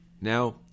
Now